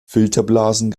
filterblasen